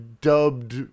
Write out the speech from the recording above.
dubbed